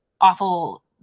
awful